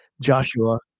Joshua